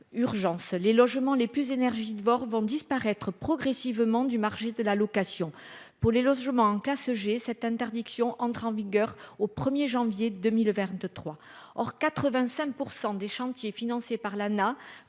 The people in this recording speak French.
urgence les logements les plus énergivores vont disparaître progressivement du marché de la location pour les logements Seger cette interdiction entre en vigueur au 1er janvier 2000 vers deux 3 or 85 % des chantiers financés par l'Anah